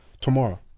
tomorrow